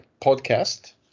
podcast